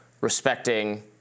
respecting